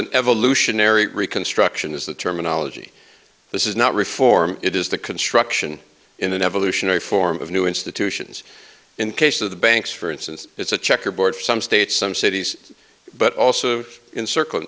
an evolutionary reconstruction is the terminology this is not reform it is the construction in an evolutionary form of new institutions in case of the banks for instance it's a checkerboard for some states some cities but also in circl